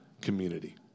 community